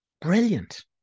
brilliant